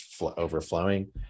overflowing